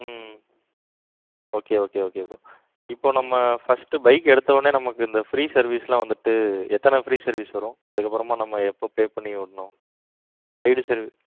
ம் ம் okay okay okay okay bro இப்போ நம்ம பர்ஸ்ட்டு பைக் எடுத்தவுடனே நமக்கு இந்த ஃப்ரீ சர்வீஸ்லாம் வந்துட்டு எத்தனை ஃப்ரீ சர்வீஸ் வரும் அதுக்கப்புறமா நம்ம எப்போ பே பண்ணி விடணும் பெய்டு சர்வீ